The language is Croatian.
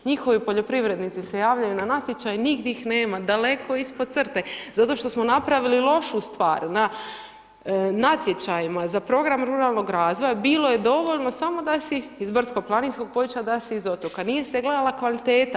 Njihovi poljoprivrednici se javljaju na natječaj, nigdje ih nema, daleko ispod crte zato što smo napravili lošu stvar, na natječajima za program ruralnog razvoja bilo je dovoljno samo da si iz brdsko-planinska područja, da iz otoka, nije se gledala kvaliteta.